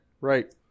Right